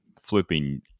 flipping